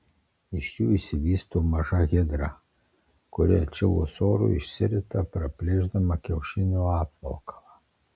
iš jų išsivysto maža hidra kuri atšilus orui išsirita praplėšdama kiaušinio apvalkalą